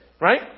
Right